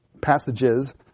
passages